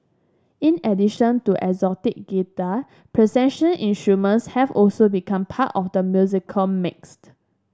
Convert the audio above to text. in addition to acoustic guitar procession instruments have also become part of the musical mixed